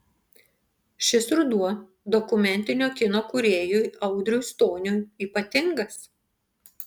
šis ruduo dokumentinio kino kūrėjui audriui stoniui ypatingas